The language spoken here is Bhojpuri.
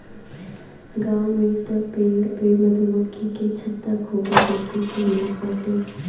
गांव में तअ पेड़ पे मधुमक्खी के छत्ता खूबे देखे के मिलत बाटे